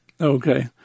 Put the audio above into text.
Okay